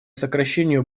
сокращению